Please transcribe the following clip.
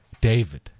David